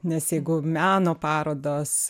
nes jeigu meno parodos